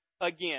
again